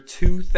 two